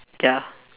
ya